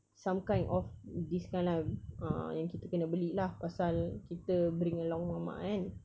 some kind of this kind lah uh yang kita kena beli lah pasal kita bring along mama kan